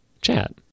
chat